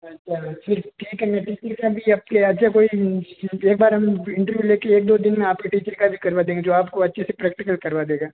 अच्छा फिर क्या करना चाहिए क्योंकि अभी आप का अच्छा कोई एक बार हम इंटरव्यू ले कर एक दो दिन में आप के टीचर का भी करवा देंगे जो आप को अच्छे से प्रैक्टिकल करवा देगा